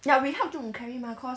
ya we help 舅母 to carry mah cause